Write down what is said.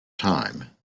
time